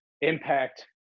impact